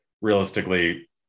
Realistically